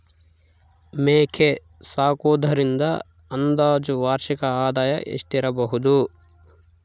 ಮೇಕೆ ಸಾಕುವುದರಿಂದ ಅಂದಾಜು ವಾರ್ಷಿಕ ಆದಾಯ ಎಷ್ಟಿರಬಹುದು?